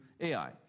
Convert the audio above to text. Ai